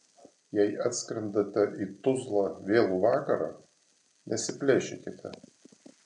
jei atskrendate į tuzlą vėlų vakarą nesiplėšykite